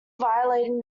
violating